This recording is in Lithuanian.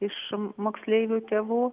iš moksleivių tėvų